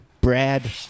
Brad